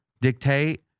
dictate